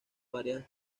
varias